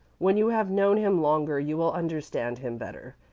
when you have known him longer you will understand him better.